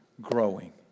growing